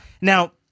Now